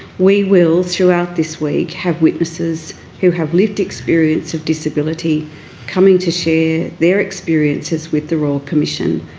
we will, throughout this week, have witnesses who have lived experience of disability coming to share their experiences with the royal commission,